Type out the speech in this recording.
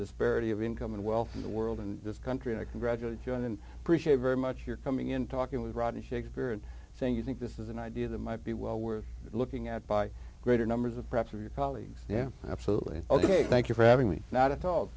disparity of income and wealth in the world in this country and i congratulate you on and appreciate very much your coming in talking with rodney shakespeare and saying you think this is an idea that might be well worth looking at by greater numbers of perhaps of your colleagues yeah absolutely ok thank you for having me not at all